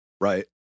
Right